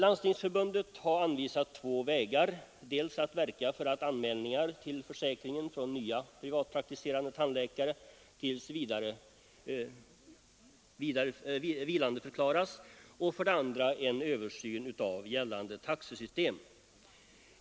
Landstingsförbundet har anvisat två vägar, dels att anmälningar till försäkringen från nya privatpraktiserande tandläkare tills vidare vilandeförklaras, dels att gällande taxesystem överses.